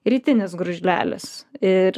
rytinis gružlelis ir